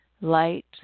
light